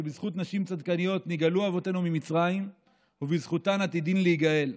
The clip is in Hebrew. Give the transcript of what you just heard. שבזכות נשים צדקניות נגאלו אבותינו ממצרים ובזכותן עתידין להיגאל.